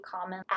common